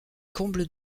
combles